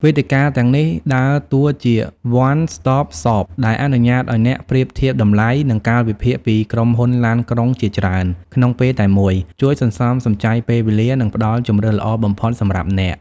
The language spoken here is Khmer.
វេទិកាទាំងនេះដើរតួជា វ័ន ស្តុបសប ដែលអនុញ្ញាតឱ្យអ្នកប្រៀបធៀបតម្លៃ និងកាលវិភាគពីក្រុមហ៊ុនឡានក្រុងជាច្រើនក្នុងពេលតែមួយ ជួយសន្សំសំចៃពេលវេលា និងផ្តល់ជម្រើសល្អបំផុតសម្រាប់អ្នក។